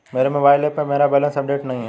मेरे mobile app पर मेरा बैलेंस अपडेट नहीं है